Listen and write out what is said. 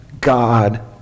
God